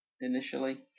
initially